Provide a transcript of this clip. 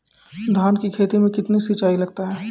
धान की खेती मे कितने सिंचाई लगता है?